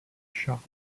shop